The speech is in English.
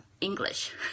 English